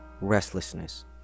restlessness